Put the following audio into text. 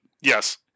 Yes